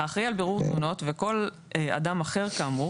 האחראי על בירור תלונות וכל אדם אחר כאמור